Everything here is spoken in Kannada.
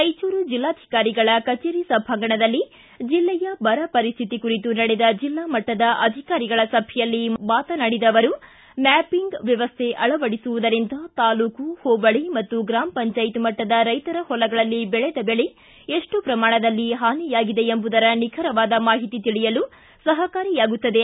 ರಾಯಚೂರು ಜಿಲ್ಲಾಧಿಕಾರಿಗಳ ಕಚೇರಿ ಸಭಾಂಗಣದಲ್ಲಿ ಜಿಲ್ಲೆಯ ಬರ ಪರಿಸ್ಥಿತಿ ಕುರಿತು ನಡೆದ ಜಿಲ್ಲಾಮಟ್ಟದ ಅಧಿಕಾರಿಗಳ ಸಭೆಯಲ್ಲಿ ಮಾತನಾಡಿದ ಅವರು ಮ್ಯಾಪಿಂಗ್ ವ್ಯವಸ್ಥೆ ಅಳವಡಿಸುವುದರಿಂದ ತಾಲೂಕು ಹೋಬಳಿ ಮತ್ತು ಗ್ರಾಮ ಪಂಚಾಯತ್ ಮಟ್ಟದ ರೈತರ ಹೊಲಗಳಲ್ಲಿ ಬೆಳೆದ ಬೆಳೆ ಎಷ್ಟು ಪ್ರಮಾಣದಲ್ಲಿ ಹಾನಿಯಾಗಿದೆ ಎಂಬುದರ ನಿಖರವಾದ ಮಾಹಿತಿ ತಿಳಿಯಲು ಸಹಕಾರಿಯಾಗುತ್ತದೆ